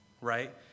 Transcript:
right